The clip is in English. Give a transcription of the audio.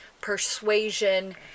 Persuasion